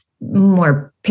more